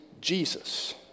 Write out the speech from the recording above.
Jesus